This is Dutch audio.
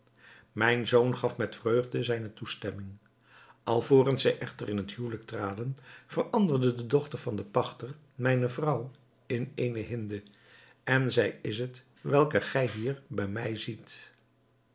mijn zoon gaf met vreugde zijne toestemming alvorens zij echter in het huwelijk traden veranderde de dochter van den pachter mijne vrouw in eene hinde en zij is het welke gij hier bij mij ziet